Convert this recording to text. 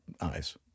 eyes